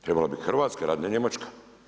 Trebala bi Hrvatska radit, ne Njemačka.